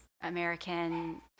american